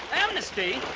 amnesty?